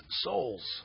souls